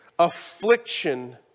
Affliction